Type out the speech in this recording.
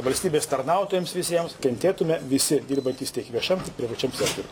valstybės tarnautojams visiems kentėtume visi dirbantys tiek viešam privačiam sektoriuj